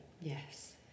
Yes